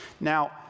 Now